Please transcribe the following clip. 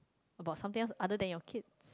about something else other than your kids